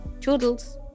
Toodles